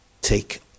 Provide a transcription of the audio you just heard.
take